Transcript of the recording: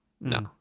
No